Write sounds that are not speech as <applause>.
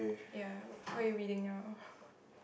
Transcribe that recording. ya what are you reading now <breath>